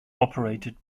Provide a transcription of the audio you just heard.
operated